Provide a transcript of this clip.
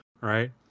Right